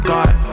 God